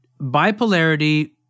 bipolarity